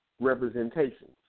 representations